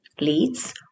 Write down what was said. leads